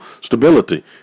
stability